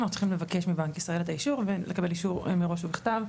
אנחנו צריכים לבקש מבנק ישראל את האישור ולקבל אישור מראש ובכתב,